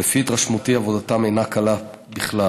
לפי התרשמותי, עבודתם אינה קלה בכלל.